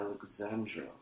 Alexandra